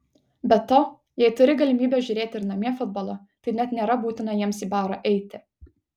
be to jei turi galimybę žiūrėti ir namie futbolą tai net nėra būtina jiems į barą eiti